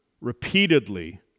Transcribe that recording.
repeatedly